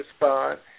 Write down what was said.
respond